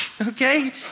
okay